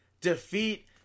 defeat